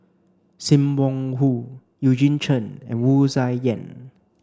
Sim Wong Hoo Eugene Chen and Wu Tsai Yen